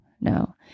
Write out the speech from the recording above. no